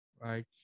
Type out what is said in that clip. right